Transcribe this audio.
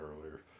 earlier